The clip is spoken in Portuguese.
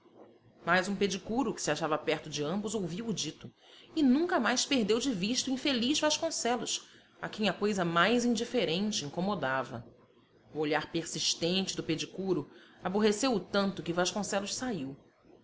mas um pedicuro que se achava perto de ambos ouviu o dito e nunca mais perdeu de vista o infeliz vasconcelos a quem a coisa mais indiferente incomodava o olhar persistente do pedicuro aborreceu o tanto que vasconcelos saiu